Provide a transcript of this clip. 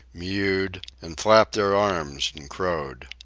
mewed, and flapped their arms and crowed.